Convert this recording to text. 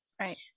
right